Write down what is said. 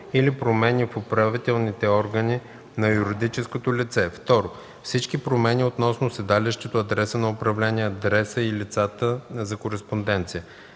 или промени в управителните органи на юридическото лице; 2. всички промени относно седалището, адреса на управление, адреса и лицата за кореспонденция.